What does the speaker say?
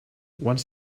once